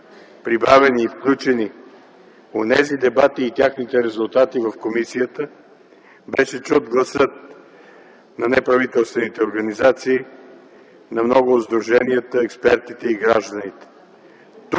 прибавени и включени онези дебати и техните резултати в комисията, беше чут гласът на неправителствените организации, на много от сдруженията, експертите и гражданите.